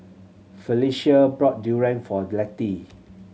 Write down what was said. Phylicia brought durian for Letty